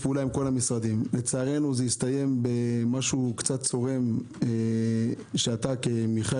לצערנו זה הסתיים במשהו קצת צורם שאתה כמיכאל